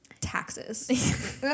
taxes